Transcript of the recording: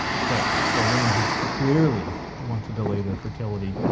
but for women who clearly want to delay their fertility,